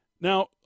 Now